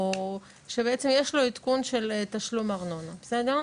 שבעצם יש לו עדכון של תשלום ארנונה בסדר?